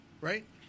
right